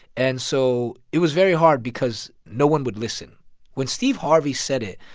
and so it was very hard because no one would listen when steve harvey said it,